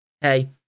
Hey